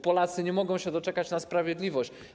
Polacy nie mogą się doczekać na sprawiedliwość.